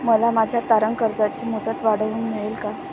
मला माझ्या तारण कर्जाची मुदत वाढवून मिळेल का?